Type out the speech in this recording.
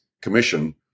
commission